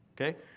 okay